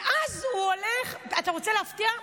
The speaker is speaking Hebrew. ואז הוא הולך, אתה רוצה להפתיע?